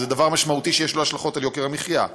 שזה דבר משמעותי שיש לו השלכות על יוקר המחיה,